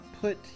put